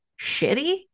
shitty